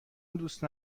دوست